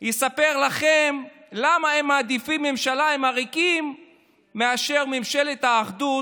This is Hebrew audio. יספר לכם למה הם מעדיפים ממשלה עם עריקים מאשר ממשלת אחדות,